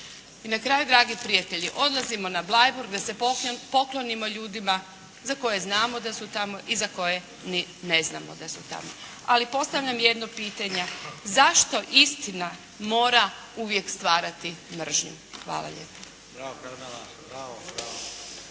I na kraju dragi prijatelji odlazimo na Bleiburg da se poklonimo ljudima za koje znamo da su tamo i za koje ne znamo da su tamo. Ali postavljam jedno pitanje zašto istina uvijek mora stvarati mržnju? **Bebić,